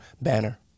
banner